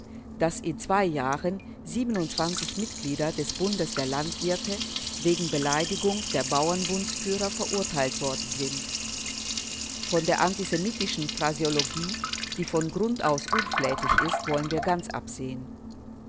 daß in zwei jahren mitglieder des bundes der landwirte wegen beleidigung der bauernbundsführer verurteilt worden sind von der antisemitischen phraseologie die von grund aus unflätig ist wollen wir ganz absehen